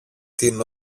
την